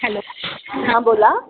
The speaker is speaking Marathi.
हॅलो हां बोला